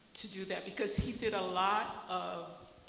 to do that. because he did a lot of